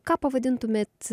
ką pavadintumėt